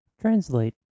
translate